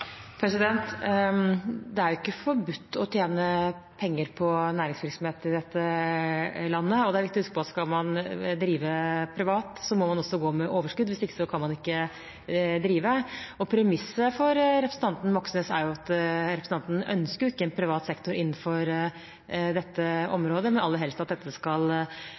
Det er jo ikke forbudt å tjene penger på næringsvirksomhet i dette landet. Det er viktig å huske at skal man drive privat, må man også gå med overskudd – hvis ikke kan man ikke drive. Premisset for representanten Moxnes er at han ikke ønsker en privat sektor innenfor dette området, og at dette aller helst skal statliggjøres eller kommunaliseres. Der er vi politisk uenige. Vi mener at